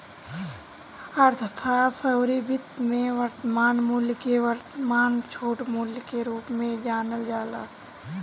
अर्थशास्त्र अउरी वित्त में वर्तमान मूल्य के वर्तमान छूट मूल्य के रूप में जानल जाला